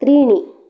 त्रीणि